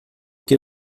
que